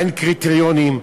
אין קריטריונים,